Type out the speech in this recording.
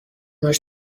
همش